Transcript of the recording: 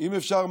אם אפשר,